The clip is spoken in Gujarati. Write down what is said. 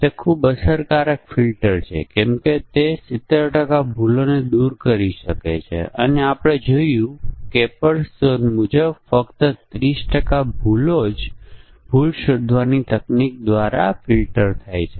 જો કંઈક સ્વિચ ઓન કર્યું છે અથવા કંઈક સ્વિચ ઓફ કર્યું છે તો તેના સંયોજનો અને તેથી વધુ અને પછી જો વિશિષ્ટ પરિસ્થિતિઓ હોય તો આપણી પાસે કેટલીક ક્રિયાઓ છે જે થાય છે